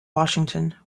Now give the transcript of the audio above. washington